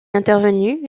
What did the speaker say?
intervenu